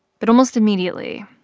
but almost immediately,